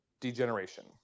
degeneration